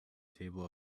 table